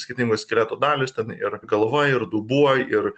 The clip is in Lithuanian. skirtingos skeleto dalys ten ir galva ir dubuo ir